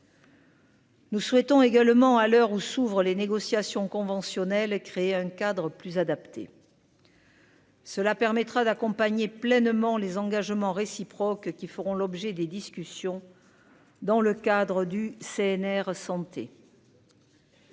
Nous souhaitons également à l'heure où s'ouvrent les négociations conventionnelles et créer un cadre plus adapté. Cela permettra d'accompagner pleinement les engagements réciproques qui feront l'objet des discussions dans le cadre du CNR, santé.